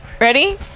ready